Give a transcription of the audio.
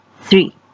three